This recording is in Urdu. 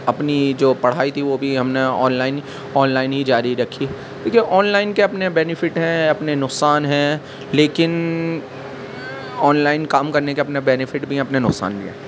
اپنی جو پڑھائی تھی وہ بھی ہم نے آنلائن آنلائن ہی جاری رکھی دیکھئے آنلائن کے اپنے بینیفٹ ہیں اپنے نقصان ہیں لیکن آنلائن کام کرنے کے اپنے بینیفٹ بھی ہیں اپنے نقصان بھی ہیں